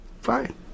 fine